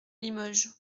limoges